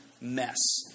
mess